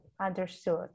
Understood